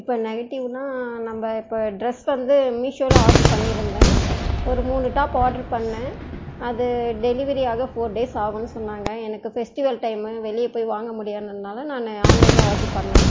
இப்போ நைட்டிலாம் நம்ம இப்போ ட்ரெஸ் வந்து மீஷோவில் ஆர்டர் பண்ணியிருந்தேன் ஒரு மூணு டாப் ஆர்டர் பண்ணேன் அது டெலிவரி ஆக ஃபோர் டேஸ் ஆகுன்னு சொன்னாங்க எனக்கு ஃபெஸ்டிவல் டைமு வெளியே போய் வாங்க முடியாததுனால் நான் ஆன்லைனில் ஆர்டர் பண்ணேன்